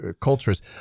cultures